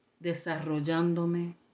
Desarrollándome